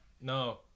No